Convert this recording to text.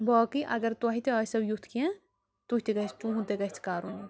باقٕے اگر تۄہہِ تہِ آسٮ۪و یُتھ کیٚنٛہہ تُہۍ تہِ گژھِ تُہُنٛد تہِ گژھِ کَرُن